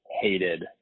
hated